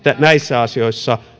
näissä asioissa